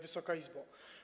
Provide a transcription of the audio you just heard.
Wysoka Izbo!